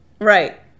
Right